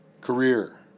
career